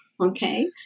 Okay